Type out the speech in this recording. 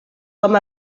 com